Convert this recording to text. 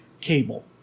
cable